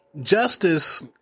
Justice